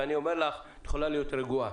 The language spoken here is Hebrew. ואני אומר לך: את יכולה להיות רגועה.